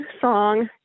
song